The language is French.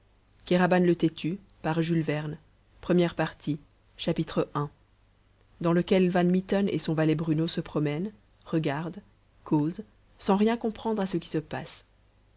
kéraban le têtu par jules verne premiere partie i dans lequel van mitten et son valet bruno se promènent regardent causent sans rien comprendre a ce qui se passe